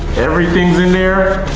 everything's in there.